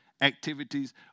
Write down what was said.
activities